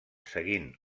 seguint